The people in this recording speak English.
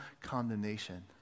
condemnation